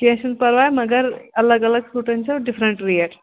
کینٛہہ چھُنہٕ پَرواے مگر اَلگ اَلگ سوٗٹَن چھو ڈِفرَنٛٹ ریٹ